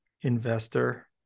investor